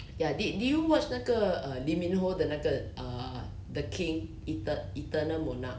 ya did did you watch 那个 uh lee min ho 的那个 err the king etern~ eternal monarch